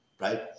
right